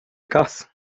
cass